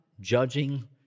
judging